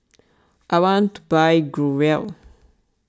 I want to buy Growell